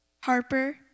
Harper